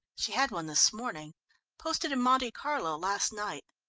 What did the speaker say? she had one this morning posted in monte carlo last night.